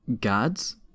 Guards